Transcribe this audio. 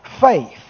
faith